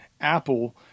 Apple